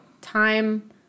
time